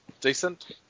decent